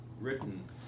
written